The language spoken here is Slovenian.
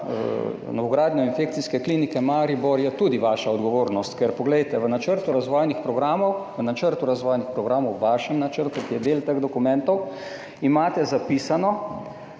novogradnjo infekcijske klinike Maribor je tudi vaša odgovornost. Ker poglejte, v načrtu razvojnih programov, v načrtu razvojnih programov, v svojem načrtu, ki je del teh dokumentov, imate zapisano: